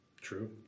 True